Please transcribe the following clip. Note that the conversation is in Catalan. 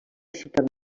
ciutat